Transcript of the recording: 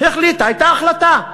הייתה החלטה,